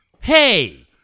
Hey